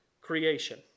creation